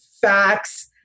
facts